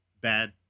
bad